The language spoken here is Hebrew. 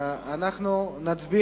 אני מציע